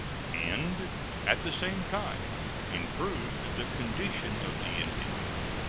and at the same time improved the condition of the indians.